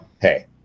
hey